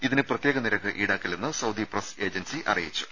ഇതിന് പ്രത്യേക നിരക്ക് ഈടാക്കില്ലെന്ന് സൌദി പ്രസ് ഏജൻസി അറിയിച്ചു